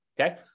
okay